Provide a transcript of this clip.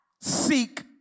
seek